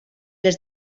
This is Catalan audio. les